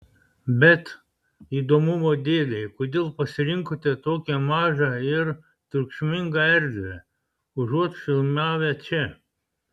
bet įdomumo dėlei kodėl pasirinkote tokią mažą ir triukšmingą erdvę užuot filmavę čia